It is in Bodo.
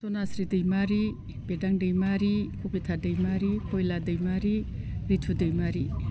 दनास्रि दैमारि बिदां दैमारि कबिथा दैमारि फहेला दैमारि बिथु दैमारि